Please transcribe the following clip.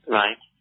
right